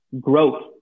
Growth